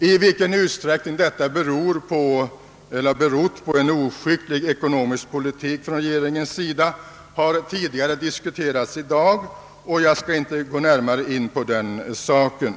I vilken utsträckning detta har berott på en oskicklig regeringspolitik har diskuterats tidigare i dag, och jag skall inte gå närmare in på den saken.